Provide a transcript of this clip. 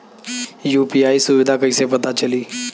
UPI सुबिधा कइसे पता चली?